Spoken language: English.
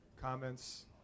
comments